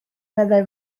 meddai